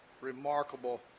remarkable